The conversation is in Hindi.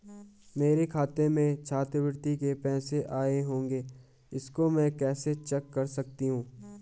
मेरे खाते में छात्रवृत्ति के पैसे आए होंगे इसको मैं कैसे चेक कर सकती हूँ?